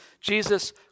Jesus